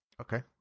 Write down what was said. okay